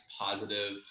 positive